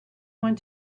want